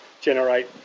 generate